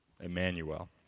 Emmanuel